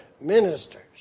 ministers